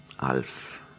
Alf